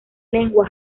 lengua